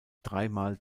dreimal